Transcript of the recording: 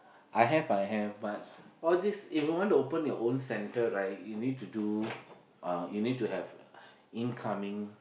I have I have but all this if you want to open your own center right you need to do uh you need to have incoming